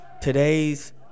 Today's